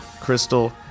crystal